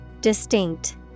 Distinct